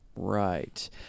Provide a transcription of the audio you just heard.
Right